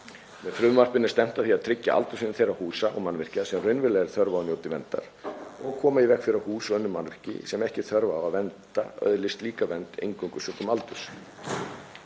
Með frumvarpinu er stefnt að því að tryggja aldursfriðun þeirra húsa og mannvirkja sem raunverulega er þörf á að njóti verndar og að koma í veg fyrir að hús og önnur mannvirki sem ekki er þörf á að vernda öðlist slíka vernd eingöngu sökum aldurs.